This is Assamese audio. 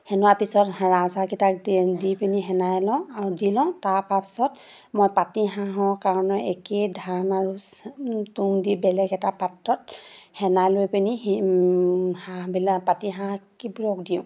সনাৰ পিছত ৰাজহাঁহকেইটাক দি পিনি সানি লওঁ আৰু দি লওঁ তাৰপৰা পিছত মই পাতি হাঁহৰ কাৰণে একেই ধান আৰু তুঁহ দি বেলেগ এটা পাত্ৰত সানি লৈ পিনি হাঁহবিলাক পাতি হাঁহবিলাকক দিওঁ